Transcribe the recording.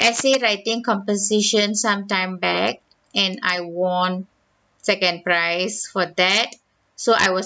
essay writing composition sometime back and I won second prize for that so I was